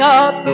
up